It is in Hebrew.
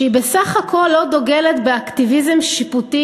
שהיא בסך-הכול לא דוגלת באקטיביזם שיפוטי